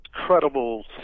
incredible